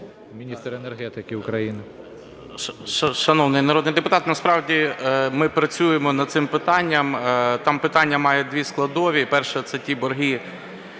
міністра енергетики України.